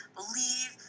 believe